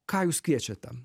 ką jūs kviečiate